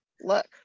look